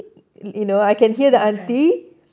kasih makan